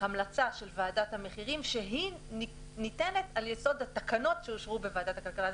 המלצה של ועדת המחירים שניתנת על יסוד התקנות שאושרו בוועדת הכלכלה.